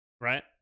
right